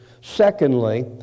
Secondly